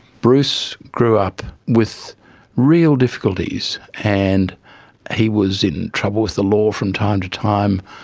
bruce grew up with real difficulties, and he was in trouble with the law from time to time,